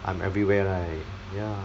I am everywhere right ya